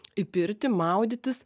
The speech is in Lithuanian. į pirtį maudytis